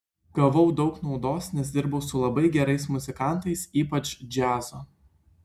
gavau daug naudos nes dirbau su labai gerais muzikantais ypač džiazo